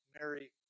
Mary